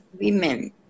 Women